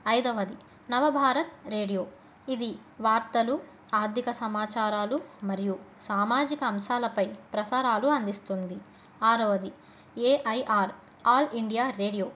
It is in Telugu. ఐదవది నవభారత్ రేడియో ఇది వార్తలు ఆర్థిక సమాచారాలు మరియు సామాజిక అంశాలపై ప్రసారాలు అందిస్తుంది ఆరవది ఏఐఆర్ ఆల్ ఇండియా రేడియో